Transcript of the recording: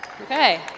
Okay